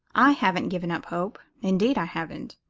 i haven't given up hope, indeed i haven't.